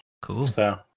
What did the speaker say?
Cool